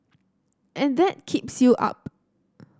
and that keeps you up